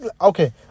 Okay